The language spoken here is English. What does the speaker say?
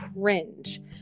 cringe